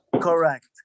Correct